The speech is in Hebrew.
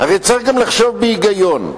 הרי צריך לחשוב בהיגיון.